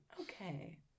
Okay